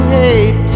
hate